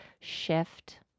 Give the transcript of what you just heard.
shift